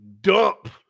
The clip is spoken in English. dump